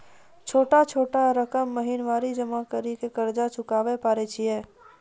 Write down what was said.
छोटा छोटा रकम महीनवारी जमा करि के कर्जा चुकाबै परए छियै?